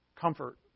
Comfort